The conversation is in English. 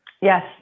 Yes